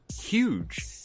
huge